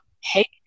Hey